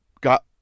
got